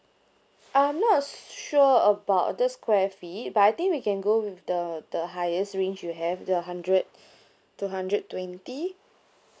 I'm not sure about this square feet but I think we can go with the the highest range you have the hundred to hundred twenty